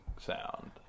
sound